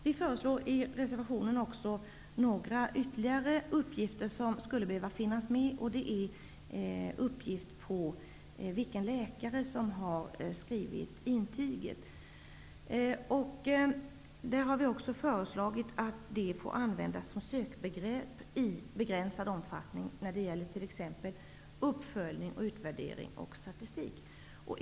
Vi föreslår i reservationen också att några ytterligare uppgifter skall få finnas med. Det är bl.a. uppgifter om vilken läkare som har skrivit intyget. Vi har föreslagit att det skall få användas som sökbegrepp i begränsad omfattning när det gäller t.ex. uppföljning, utvärdering och statistik.